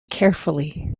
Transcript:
carefully